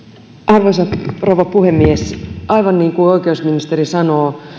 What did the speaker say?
arvoisa rouva puhemies aivan niin kuin oikeusministeri sanoo